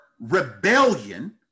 rebellion